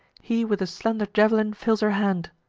he with a slender jav'lin fills her hand.